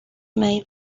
may